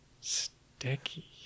Sticky